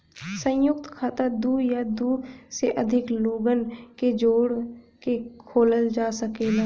संयुक्त खाता दू या दू से अधिक लोगन के जोड़ के खोलल जा सकेला